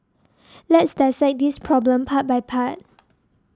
let's dissect this problem part by part